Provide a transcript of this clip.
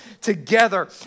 together